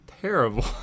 terrible